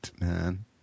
man